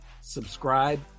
subscribe